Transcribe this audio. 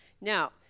now